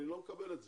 אני לא מקבל את זה,